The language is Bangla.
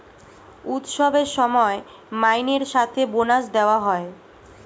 উৎসবের সময় মাইনের সাথে বোনাস দেওয়া হয়